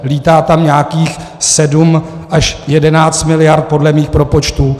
Lítá tam nějakých 7 až 11 miliard podle mých propočtů.